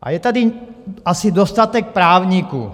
A je tady asi dostatek právníků.